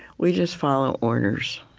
we just follow orders.